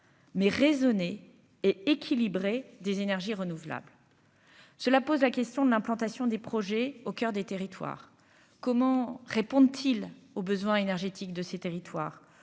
mais raisonné et équilibrée des énergies renouvelables, cela pose la question de l'implantation des projets au coeur des territoires comment répond-il aux besoins énergétiques de ces territoires,